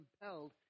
compelled